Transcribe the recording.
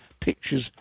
pictures